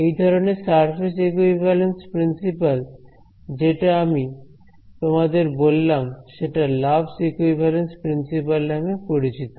এই ধরনের surface equivalence principle যেটা আমি তোমাদের বললাম সেটা Love's equivalence theorem Love's equivalence theorem নামেও পরিচিত